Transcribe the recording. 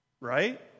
Right